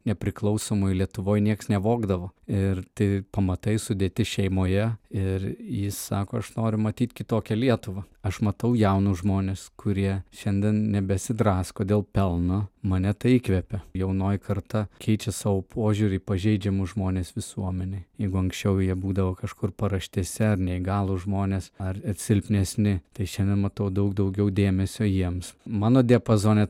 nepriklausomoj lietuvoj nieks nevogdavo ir tie pamatai sudėti šeimoje ir jis sako aš noriu matyt kitokią lietuvą aš matau jaunus žmones kurie šiandien nebesidrasko dėl pelno mane tai įkvepia jaunoji karta keičia savo požiūrį į pažeidžiamus žmones visuomenėj jeigu anksčiau jie būdavo kažkur paraštėse ar neįgalūs žmonės ar silpnesni tai šiandien matau daug daugiau dėmesio jiems mano diapazone